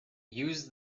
used